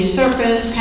surface